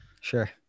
sure